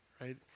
right